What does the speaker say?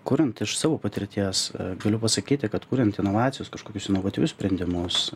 kuriant iš savo patirties galiu pasakyti kad kuriant inovacijas kažkokius inovatyvius sprendimus